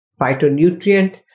phytonutrient